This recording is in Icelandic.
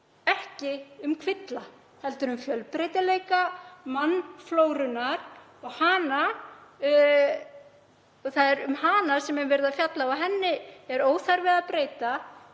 ekki um kvilla heldur um fjölbreytileika mannflórunnar og það er um hana sem er verið að fjalla og henni er óþarfi að breyta.